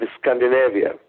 Scandinavia